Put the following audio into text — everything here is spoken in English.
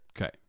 Okay